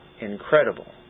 incredible